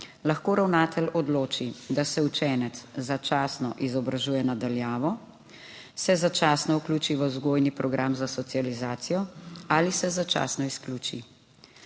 lahko ravnatelj odloči, da se učenec začasno izobražuje na daljavo, se začasno vključi v vzgojni program za socializacijo ali se začasno izključi.«